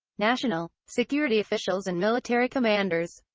national security officials and military commanders,